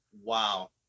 wow